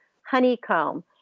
honeycomb